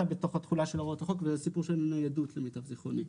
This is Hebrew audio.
בתוך התכולה של הוראות החוק וזה סיפור שאין לו ניידות למיטב זכרוני.